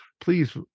please